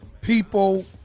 people